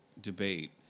debate